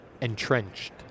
entrenched